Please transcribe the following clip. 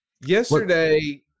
Yesterday